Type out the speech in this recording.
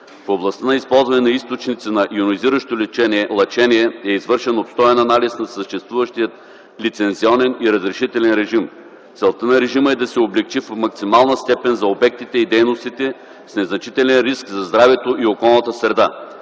В областта на използване на източници на йонизиращо лъчение е извършен обстоен анализ на съществуващия лицензионен и разрешителен режим. Целта е да се облекчи в максимална степен режимът за обектите и дейностите с незначителен риск за здравето и околната среда.